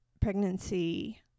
pregnancy